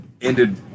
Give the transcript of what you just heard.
ended